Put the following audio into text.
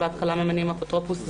כשבהתחלה ממנים אפוטרופוס זמני,